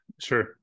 sure